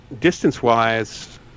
distance-wise